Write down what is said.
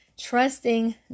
trusting